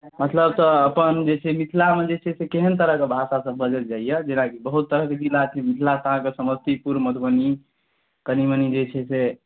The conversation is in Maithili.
मतलब तऽ अपन जे छै मिथिलामे जे छै से केहन तरहक भाषासभ बाजल जाइए जेनाकि बहुत तरहके जिला छै मिथिला तऽ अहाँके समस्तीपुर मधुबनी कनी मनी जे छै से